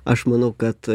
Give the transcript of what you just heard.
aš manau kad